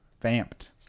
vamped